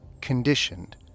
conditioned